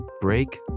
break